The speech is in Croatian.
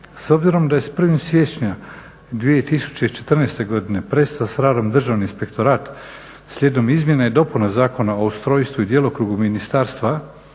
S obzirom da je s 01. siječnja 2014. godine prestao s radom Državni inspektorat slijedom izmjena i dopuna Zakona o ustrojstvu i djelokrugu ministarstva